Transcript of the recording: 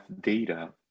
data